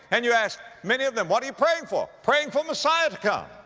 and you ask many of them, what are you praying for? praying for messiah to come.